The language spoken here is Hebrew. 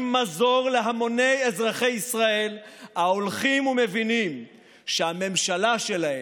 מזור להמוני אזרחי ישראל ההולכים ומבינים שהממשלה שלהם,